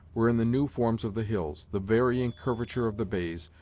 were in the new forms of the hills, the varying curvature of the bays,